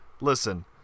Listen